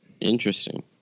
Interesting